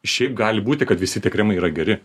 šiaip gali būti kad visi tie kremai yra geri